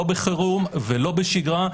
לא בחירום ולא בשגרה,